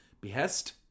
behest